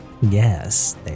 Yes